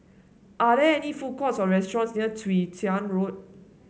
are there any food courts or restaurants near Chwee Chian Road